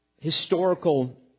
historical